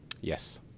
yes